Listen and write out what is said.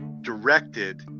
directed